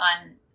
on